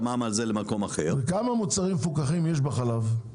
המע"מ על זה למקום אחר --- כמה מוצרים מפוקחים יש בחלב?